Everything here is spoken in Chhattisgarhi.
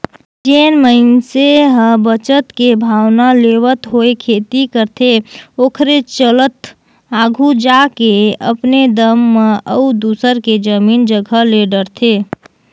जेन मइनसे ह बचत के भावना लेवत होय खेती करथे ओखरे चलत आघु जाके अपने दम म अउ दूसर के जमीन जगहा ले डरथे